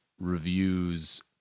reviews